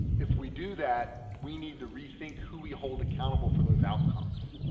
if we do that, we need to rethink who we hold accountable for those outcomes,